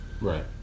Right